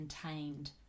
contained